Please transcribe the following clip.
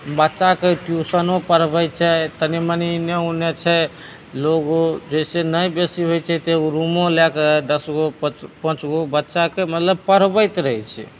बच्चाके ट्युशनो पढ़बैत छै तनी मनी इन्ने ओन्ने छै लोगो जैसे नहि बेसी होइत छै तऽ एगो रुमो लएके दशगो पाँचगो बच्चाके मतलब पढ़बैत रहैत छै